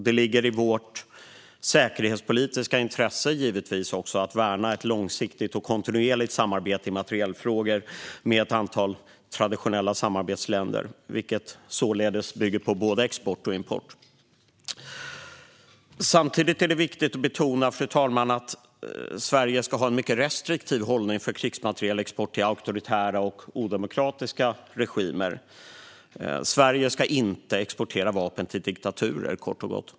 Det ligger givetvis i vårt säkerhetspolitiska intresse att värna ett långsiktigt och kontinuerligt samarbete i materielfrågor med ett antal traditionella samarbetsländer, vilket således bygger på både export och import. Samtidigt är det viktigt att betona, fru talman, att Sverige ska ha en mycket restriktiv hållning när det gäller krigsmaterielexport till auktoritära och odemokratiska regimer. Sverige ska, kort och gott, inte exportera vapen till diktaturer.